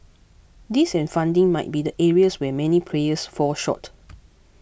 this and funding might be the areas where many players fall short